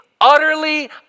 utterly